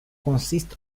consists